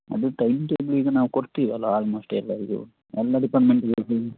ಅದು time table ಈಗ ನಾವು ಕೊಡ್ತೀವಿ ಅಲಾ ಆಲ್ಮೋಸ್ಟ್ ಎಲ್ಲರಿಗೂ ಎಲ್ಲ ಡಿಪಾರ್ಟ್ಮೆಂಟ್